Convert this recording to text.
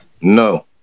no